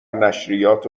نشریات